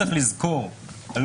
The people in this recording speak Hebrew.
צריך לזכור חבר הכנסת טל,